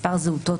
מספר זהותו,